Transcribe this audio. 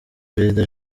perezida